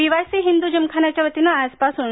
PYC Hind जिमखानाच्यावतीनं आजपासून कै